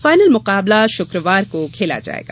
final मुकाबला शुक्रवार को खेला जाएगा